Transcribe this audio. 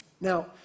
Now